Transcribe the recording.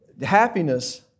Happiness